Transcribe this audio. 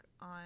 on